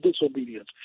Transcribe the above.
disobedience